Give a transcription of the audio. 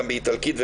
איטלקית,